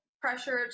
pressure